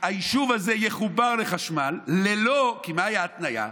היישוב הזה יחובר לחשמל, כי מה הייתה ההתניה?